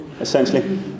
essentially